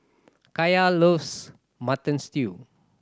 Kaya loves Mutton Stew